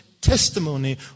testimony